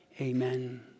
Amen